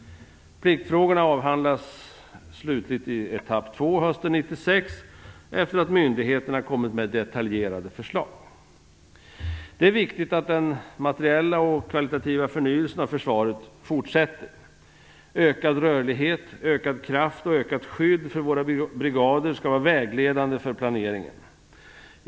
Pliktfrågorna avhandlas slutligt i etapp två hösten 1996, efter att myndigheterna kommit med detaljerade förslag. Det är viktigt att den materiella och kvalitativa förnyelsen av försvaret fortsätter. Ökad rörlighet, ökad kraft och ökat skydd för våra brigader skall vara vägledande för planeringen.